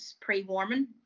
pre-warming